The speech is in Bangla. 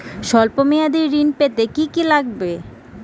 সল্প মেয়াদী ঋণ পেতে কি কি লাগবে?